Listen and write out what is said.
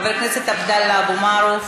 חבר הכנסת עבדאללה אבו מערוף,